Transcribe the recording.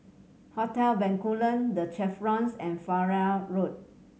Hotel Bencoolen The Chevrons and Farrer Road